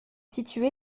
situé